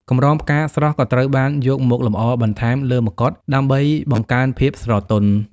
កម្រងផ្កាស្រស់ក៏ត្រូវបានយកមកលម្អបន្ថែមលើមកុដ ដើម្បីបង្កើនភាពស្រទន់។